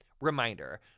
Reminder